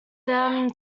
them